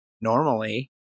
normally